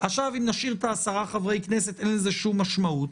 עכשיו אם נשאיר את העשרה חברי כנסת אין לזה שום משמעות.